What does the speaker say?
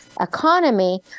economy